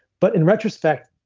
but in retrospect,